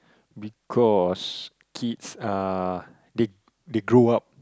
because kids are they they grow up